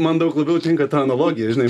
man daug labiau tinka ta analogija žinai